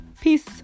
peace